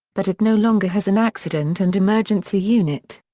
but it no longer has an accident and emergency unit.